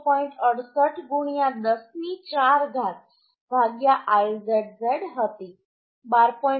68 10 ની 4 ઘાત Izz હતી 12